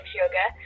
yoga